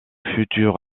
futur